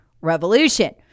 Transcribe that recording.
revolution